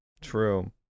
True